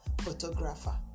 photographer